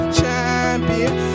champion